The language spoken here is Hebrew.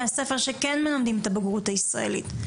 הספר שכן מלמדים את הבגרות הישראלית.